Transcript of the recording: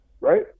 right